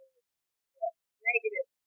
negative